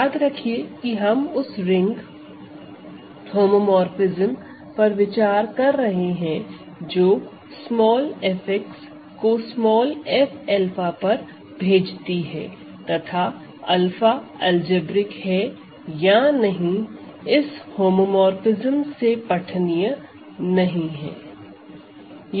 याद रखिए कि हम उस रिंग होमोमोरफ़िज्म पर विचार कर रहे हैं जो f को f𝛂 पर भेजती है तथा 𝛂 अलजेब्रिक है या नहीं इस होमोमोरफ़िज्म से पठनीय नहीं है